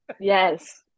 Yes